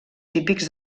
típics